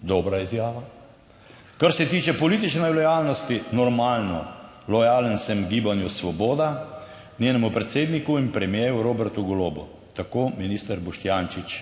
dobra izjava. Kar se tiče politične lojalnosti. Normalno, lojalen sem Gibanju Svoboda, njenemu predsedniku in premierju Robertu Golobu, tako minister Boštjančič